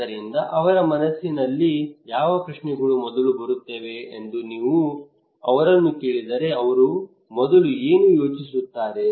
ಆದ್ದರಿಂದ ಅವರ ಮನಸ್ಸಿನಲ್ಲಿ ಯಾವ ಪ್ರಶ್ನೆಗಳು ಮೊದಲು ಬರುತ್ತವೆ ಎಂದು ನೀವು ಅವರನ್ನು ಕೇಳಿದರೆ ಅವರು ಮೊದಲು ಏನು ಯೋಚಿಸುತ್ತಾರೆ